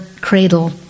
cradle